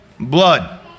Blood